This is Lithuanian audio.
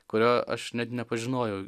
kurio aš net nepažinojau